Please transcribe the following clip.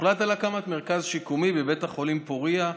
הוחלט על הקמת מרכז שיקומי בבית החולים פוריה,